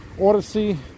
Odyssey